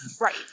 Right